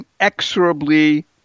inexorably